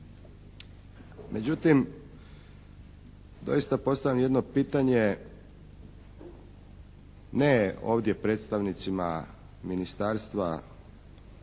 Međutim doista postavljam jedno pitanje ne ovdje predstavnicima Ministarstva